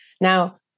Now